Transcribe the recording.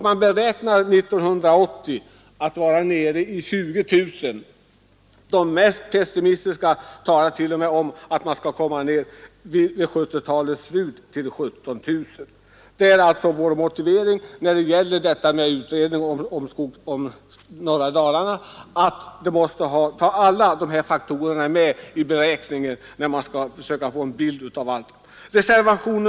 Man beräknar att antalet år 1980 skall vara nere i 20000 — de mest pessimistiska talar t.o.m. om att antalet vid 1970-talets slut skall vara nere i 17 000: Vår motivering för avstyrkande av motionen om en utredning av möjligheten till skogsindustriell utveckling i norra Dalarna är alltså att alla dessa faktorer måste tas med i beräkningen när man skall försöka få en bild av förhållandena.